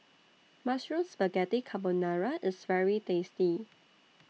Mushroom Spaghetti Carbonara IS very tasty